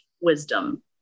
wisdom